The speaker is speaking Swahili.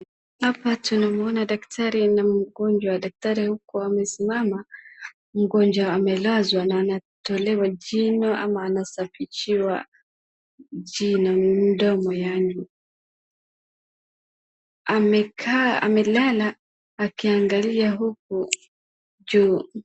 Hapa tunamuona daktari na mgonjwa. Daktari yuko amesimama mgonjwa amelazwa na anatolewa jino ama anasafishiwa jino, mdomo ndani. Amelala akiangalia huku juu.